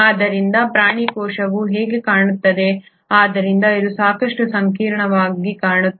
ಆದ್ದರಿಂದ ಪ್ರಾಣಿ ಕೋಶವು ಹೇಗೆ ಕಾಣುತ್ತದೆ ಆದ್ದರಿಂದ ಇದು ಸಾಕಷ್ಟು ಸಂಕೀರ್ಣವಾಗಿ ಕಾಣುತ್ತದೆ